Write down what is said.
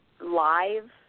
live